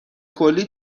کلی